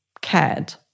cared